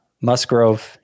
Musgrove